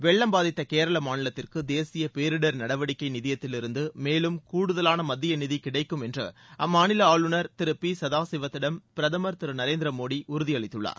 வெள்ளம் பாதித்த கேரள மாநிலத்திற்கு தேசிய பேரிடர் நடவடிக்கை நிதியத்திலிருந்து மேலும் கூடுதலான மத்திய நிதி கிடைக்கும் என்று அம்மாநில ஆளுநர் திரு பி சதாசிவத்திடம் பிரதமர் திரு நரேந்திர மோடி உறுதியளித்துள்ளார்